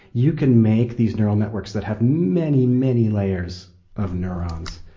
you can make these neural networks that have many, many layers of neurons,